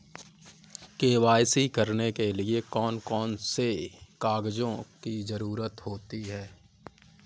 KYC करने के लिए कौन कौन से कागजों की जरूरत होती है?